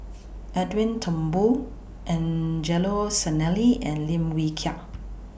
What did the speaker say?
Edwin Thumboo Angelo Sanelli and Lim Wee Kiak